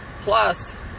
Plus